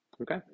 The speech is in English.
Okay